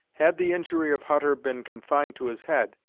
had the injury of hutter been confined to his head,